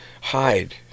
hide